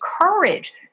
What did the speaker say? courage